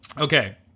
Okay